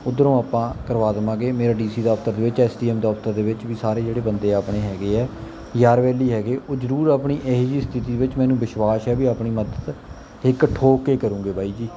ਉੱਧਰੋਂ ਆਪਾਂ ਕਰਵਾ ਦਵਾਂਗੇ ਮੇਰਾ ਡੀ ਸੀ ਦਫ਼ਤਰ ਦੇ ਵਿੱਚ ਐਸ ਡੀ ਐਮ ਦਫ਼ਤਰ ਦੇ ਵਿੱਚ ਵੀ ਸਾਰੇ ਜਿਹੜੇ ਬੰਦੇ ਆਪਣੇ ਹੈਗੇ ਹੈ ਯਾਰ ਵੈਲੀ ਹੈਗੇ ਉਹ ਜ਼ਰੂਰ ਆਪਣੀ ਇਹ ਜਿਹੀ ਸਥਿਤੀ ਵਿੱਚ ਮੈਨੂੰ ਵਿਸ਼ਵਾਸ ਹੈ ਵੀ ਆਪਣੀ ਮਦਦ ਹਿੱਕ ਠੋਕ ਕੇ ਕਰੁੰਗੇ ਬਾਈ ਜੀ